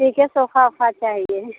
ठीक है सोफ़ा वॉफ़ा चाहिए